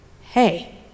hey